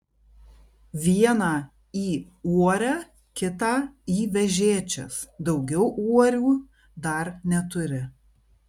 vieną į uorę kitą į vežėčias daugiau uorių dar neturi